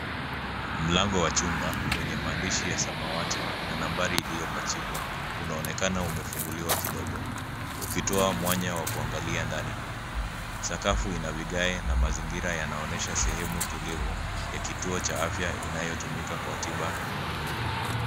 Mlango wa chumba wenye maandishi ya samawati na nambari iliyopachikwa, unaonekana umefunguliwa kidogo, ukitoa mwanya wa kuangalia ndani. Sakafu ina vigae na mazingira yanaonyesha sehemu tulivu ya kituo cha afya inayotumika kwa tiba.